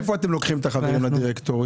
מאיפה אתם לוקחים את החברים לדירקטוריון?